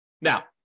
Now